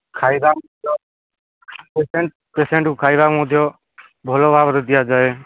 ଖାଇବା ମଧ୍ୟ ପେସେଣ୍ଟ୍ ପେସେଣ୍ଟ୍କୁ ଖାଇବା ମଧ୍ୟ ଭଲ ଭାବରେ ଦିଆଯାଏ